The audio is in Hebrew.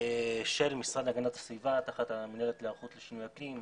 של המשרד להגנת הסביבה תחת המינהלת להיערכות לשינויי אקלים,